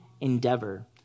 endeavor